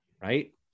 right